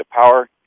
power